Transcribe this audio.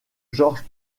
georges